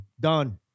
done